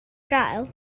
gael